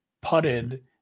putted